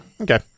Okay